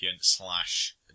slash